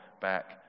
back